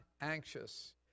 anxious